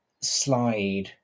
slide